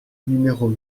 numéro